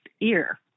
ear